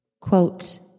Quote